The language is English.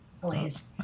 please